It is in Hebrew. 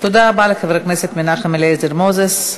תודה רבה לחבר הכנסת מנחם אליעזר מוזס.